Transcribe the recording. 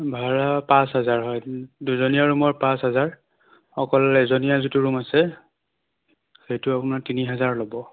ভাড়া পাঁচহাজাৰ হয় দুজনীয়া ৰুমৰ পাঁচহাজাৰ অকল এজনীয়া যিটো ৰুম আছে সেইটো আপোনাৰ তিনিহাজাৰ ল'ব